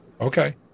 Okay